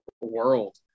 world